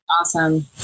awesome